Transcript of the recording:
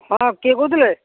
ହଁ କିଏ କହୁଥିଲେ